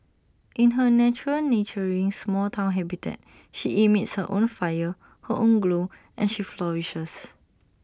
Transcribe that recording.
in her natural nurturing small Town habitat she emits her own fire her own glow and she flourishes